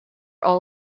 all